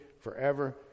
forever